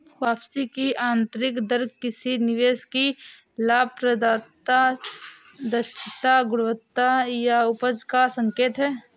वापसी की आंतरिक दर किसी निवेश की लाभप्रदता, दक्षता, गुणवत्ता या उपज का संकेत है